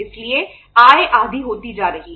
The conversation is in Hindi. इसलिए आय आधी होती जा रही है